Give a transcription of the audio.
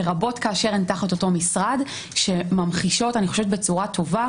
לרבות כאשר הן תחת אותו משרד שממחישות בעצם בצורה טובה